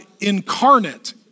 incarnate